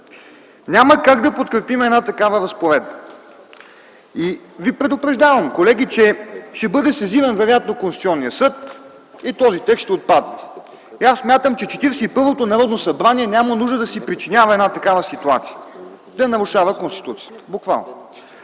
Няма как да подкрепим една такава разпоредба. Колеги, предупреждавам ви, че вероятно ще бъде сезиран Конституционният съд и този текст ще отпадне. Аз смятам, че 41-то Народно събрание няма нужда да си причинява една такава ситуация – да нарушава Конституцията, буквално.